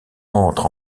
entre